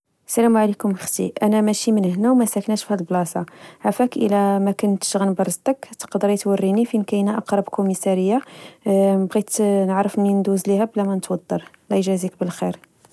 السلام عليكم أختي، أنا ماشي من هنا و ما ساكناش في هاد البلاصة، عفاك إلى ماكنتش غنبرزطك، تقدري توريني فين كاينة أقرب كوميسارية، بغيت نعرف منين ندوز ليها بلا ما نتودر الله يجازيك بالخير